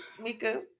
Mika